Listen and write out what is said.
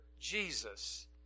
Jesus